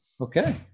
Okay